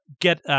get